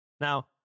Now